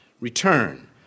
return